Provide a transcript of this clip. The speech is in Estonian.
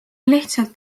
lihtsalt